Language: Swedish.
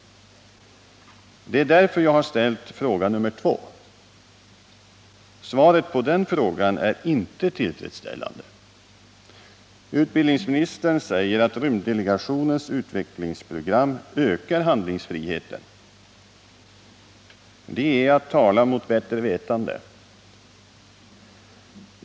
Det är därför jag har ställt fråga 2. Svaret på den frågan är inte tillfredsställande. Utbildningsministern säger att rymddelegationens utvecklingsprogram ökar handlingsfriheten. Det är att tala mot bättre vetande.